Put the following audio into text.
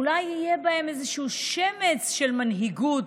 אולי יהיה בהן איזשהו שמץ של מנהיגות.